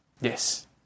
Yes